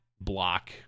block